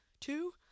two